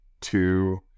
two